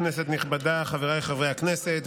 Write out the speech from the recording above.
כנסת נכבדה, חבריי חברי הכנסת.